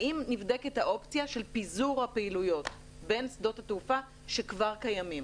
האם נבדקת האופציה של פיזור הפעילויות בין שדות התעופה שכבר קיימים?